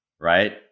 right